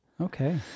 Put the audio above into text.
Okay